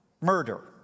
Murder